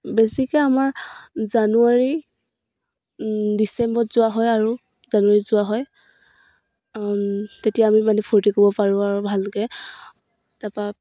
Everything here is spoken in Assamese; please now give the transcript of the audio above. বেছিকৈ আমাৰ জানুৱাৰী ডিচেম্বৰত যোৱা হয় আৰু জানুৱাৰীত যোৱা হয় তেতিয়া আমি মানে ফূৰ্তি ক'ব পাৰোঁ আৰু ভালকৈ তাৰপৰা